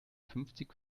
fünfzig